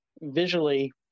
visually